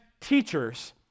teachers